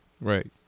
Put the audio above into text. Right